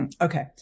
okay